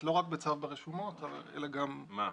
לא רק בצו ברשומות, אלא גם --- מה?